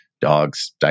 dogs